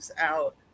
out